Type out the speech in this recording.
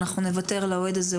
אנחנו נוותר לאוהד הזה,